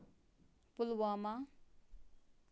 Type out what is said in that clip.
Pulwama